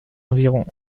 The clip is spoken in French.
environ